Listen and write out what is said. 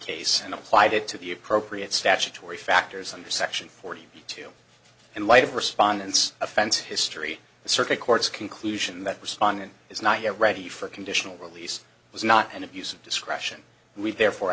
case and applied it to the appropriate statutory factors under section forty two in light of respondents offense history the circuit courts conclusion that respondent is not yet ready for a conditional release was not an abuse of discretion we've therefore